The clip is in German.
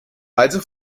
also